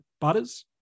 Butters